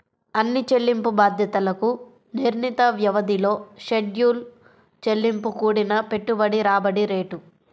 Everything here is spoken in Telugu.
అన్ని చెల్లింపు బాధ్యతలకు నిర్ణీత వ్యవధిలో షెడ్యూల్ చెల్లింపు కూడిన పెట్టుబడి రాబడి రేటు